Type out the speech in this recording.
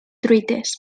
truites